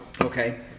Okay